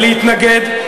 להתנגד,